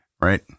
right